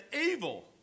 evil